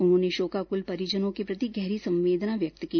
उन्होंने शोकाकुल परिजनों के प्रति गहरी संवेदना व्यक्त की है